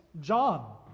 John